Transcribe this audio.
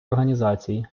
організацій